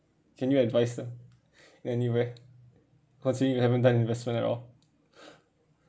can you advise ah anyway cause we haven't done investment at all